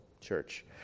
church